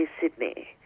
Sydney